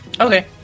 Okay